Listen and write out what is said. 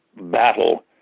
battle